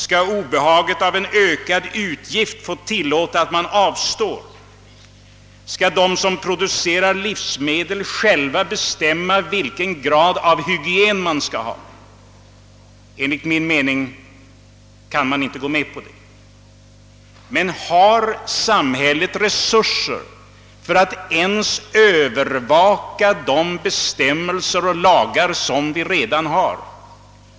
Skall obehaget av en ökad utgift få tillåta att man avstår? Skall de som producerar livsmedel själva bestämma vilken grad av hygien man skall ha? Enligt min mening kan man inte gå med på det. Men har samhället resurser för att ens övervaka de bestämmelser och lagar som vi redan har?